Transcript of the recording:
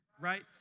right